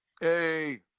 Hey